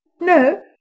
No